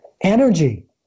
Energy